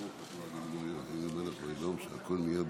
ברוך אתה ה' אלוקינו מלך העולם שהכול נהיה בדברו.